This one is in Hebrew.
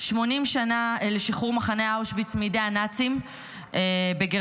80 שנה לשחרור מחנה אושוויץ מידי הנאצים בגרמניה.